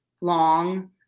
long